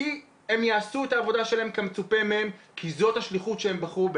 כי הם יעשו את העבודה שלהם כמצופה מהם כי זאת השליחות שהם בחרו.